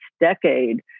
decade